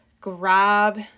grab